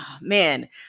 man